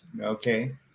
Okay